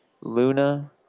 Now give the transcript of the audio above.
Luna